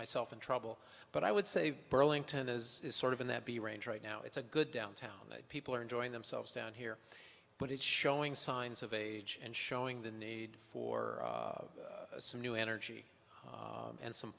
myself in trouble but i would say burlington is sort of in that the range right now it's a good downtown and people are enjoying themselves down here but it's showing signs of age and showing the need for some new energy and some